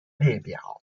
列表